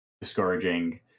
discouraging